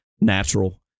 natural